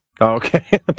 Okay